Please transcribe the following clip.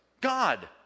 God